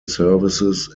services